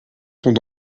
sont